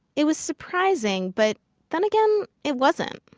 it was surprising, but then again, it wasn't.